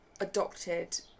Adopted